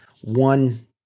one